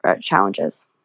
challenges